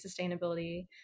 sustainability